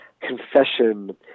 confession